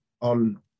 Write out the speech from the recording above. on